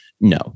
No